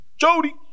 Jody